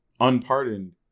unpardoned